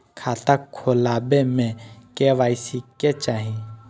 खाता खोला बे में के.वाई.सी के चाहि?